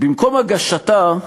במקום "הגשתה"